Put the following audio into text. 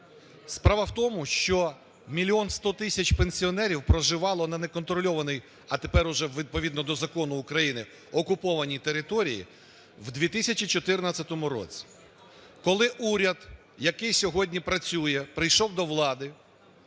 Справа в тому, що мільйон 100 тисяч пенсіонерів проживали на неконтрольованій, а тепер уже відповідно до закону України, окупованій території в 2014 році. Коли уряд, який сьогодні працює, прийшов до влади,